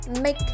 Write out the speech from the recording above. make